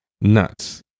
nuts